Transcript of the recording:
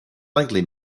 likely